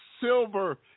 silver